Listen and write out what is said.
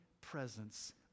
presence